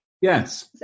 yes